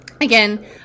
Again